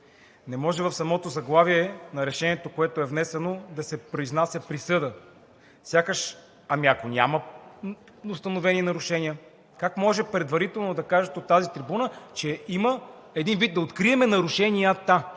Не може в самото заглавие на решението, което е внесено, да се произнася присъда. Ами, ако няма установени нарушения? Как може предварително да кажете от тази трибуна, че има, един вид, да открием нарушенията?